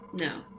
No